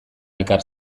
elkar